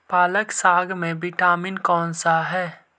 पालक साग में विटामिन कौन सा है?